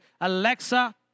Alexa